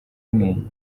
umwe